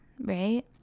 right